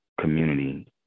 community